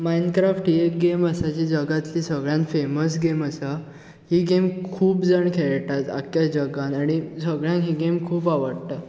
Minecraft ही एक game आसा जी जगांतली सगळ्यांत फेमस गेम आसा ही गेम खूब जाण खेळटात आख्ख्या जगांत आनी सगळ्यांक ही गेम खूब आवडटा